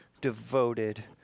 devoted